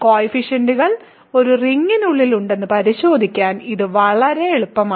കോയിഫിഷ്യന്റുകൾ ഒരു റിങ്ങിനുള്ളിൽ ഉണ്ടെന്ന് പരിശോധിക്കാൻ ഇത് വളരെ എളുപ്പമാണ്